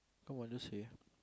I want to say